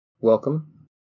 welcome